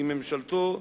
עם ממשלתו,